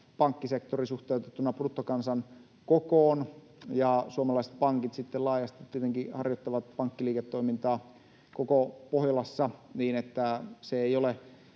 pankkisektori suhteutettuna bruttokansantuotteen kokoon ja suomalaiset pankit sitten laajasti tietenkin harjoittavat pankkiliiketoimintaa koko Pohjolassa, niin se ei ole